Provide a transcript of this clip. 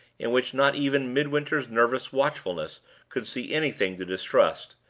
in which not even midwinter's nervous watchfulness could see anything to distrust,